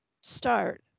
start